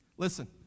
Listen